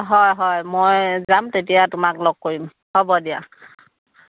হয় হয় মই যাম তেতিয়া তোমাক লগ কৰিম হ'ব দিয়া